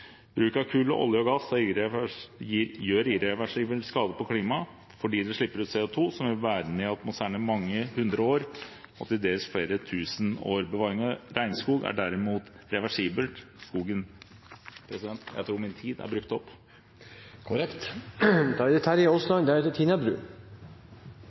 Bruk av kull, olje og gass gjør irreversibel skade på klimaet fordi det slipper ut CO 2, som blir værende i atmosfæren i mange hundre år og til dels flere tusen år. Bevaring av regnskog er derimot reversibelt. President, jeg tror min tid er brukt opp. Da vi fikk Paris­avtalen, var det